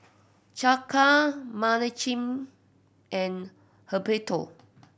Chaka Menachem and Humberto